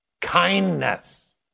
kindness